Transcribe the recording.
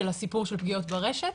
של הסיפור של פגיעות ברשת.